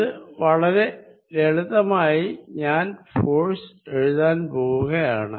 ഇത് വളരെ ലളിതമായി ഞാൻ ഫോഴ്സ് എഴുതാൻ പോകുകയാണ്